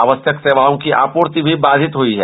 आवश्यक सेवाओं की आपूर्ति भी बाधित हुई है